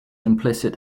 implicit